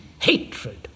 hatred